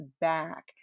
back